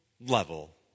level